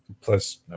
plus